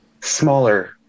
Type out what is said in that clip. smaller